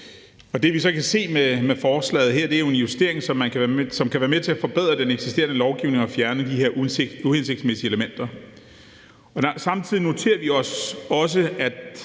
Det, vi så kan se i forslaget her, er jo en justering, som kan være med til at forbedre den eksisterende lovgivning og fjerne de her uhensigtsmæssige elementer. Samtidig noterer vi os også, at